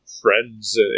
friends